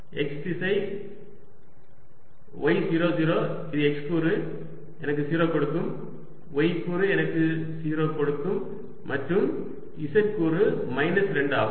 x திசை y 0 0 இது x கூறு எனக்கு 0 கொடுக்கும் y கூறு எனக்கு 0 கொடுக்கும் மற்றும் z கூறு மைனஸ் 2 ஆகும்